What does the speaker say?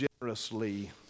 generously